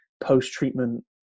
post-treatment